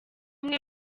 bamwe